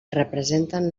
representen